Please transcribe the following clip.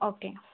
ஓகேங்க